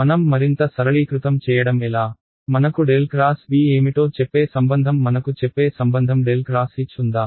మనం మరింత సరళీకృతం చేయడం ఎలా మనకు ∇ X B ఏమిటో చెప్పే సంబంధం మనకు చెప్పే సంబంధం ∇ X H ఉందా